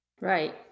Right